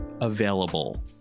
available